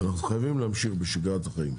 ואנחנו חייבים להמשיך בשגרת החיים.